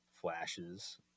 flashes